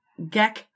Geck